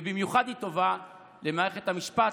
ובמיוחד היא טובה למערכת המשפט.